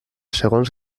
segons